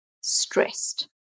stressed